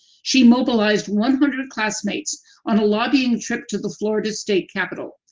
she mobilized one hundred classmates on a lobbying trip to the florida state capitol.